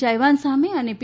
ચાઇવાન સામે અને પી